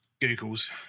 Googles